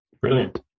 Brilliant